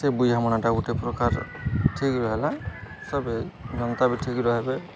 ସେ ବୁଝାମଣାଟା ଗୋଟେ ପ୍ରକାର ଠିକ୍ ରହଲା ସବେ ଜନ୍ତା ବି ଠିକ୍ ରହିବେ